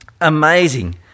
Amazing